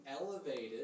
elevated